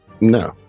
No